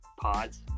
pods